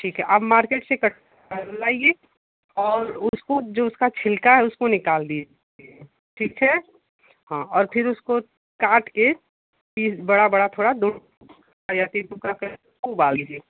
ठीक है आप मार्केट से कटहल लाइये और उसको जो उसका छिलका है उसको निकाल दीजिए ठीक है हाँ और फिर उसको काट के पीस बड़ा बड़ा थोड़ा करके कुकर में डालिए